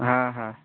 হ্যাঁ হ্যাঁ